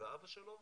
ואבא שלו